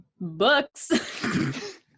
books